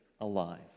alive